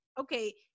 okay